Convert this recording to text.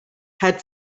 had